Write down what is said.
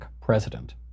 president